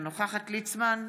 אינה נוכחת יעקב ליצמן,